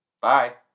Bye